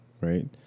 right